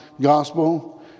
gospel